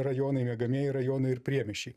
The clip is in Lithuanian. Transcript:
rajonai miegamieji rajonai ir priemiesčiai